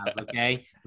Okay